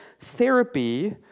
therapy